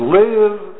live